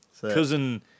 Cousin